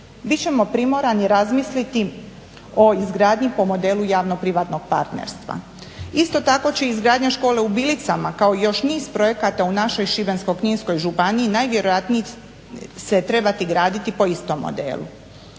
ćemo primorani razmisliti o izgradnji po modelu javno-privatnog partnerstva. Isto tako će izgradnja škole u Bilicama kao još niz projekata u našoj Šibensko-kninskoj županiji, najvjerojatniji se trebati graditi po istom modelu.